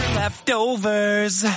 leftovers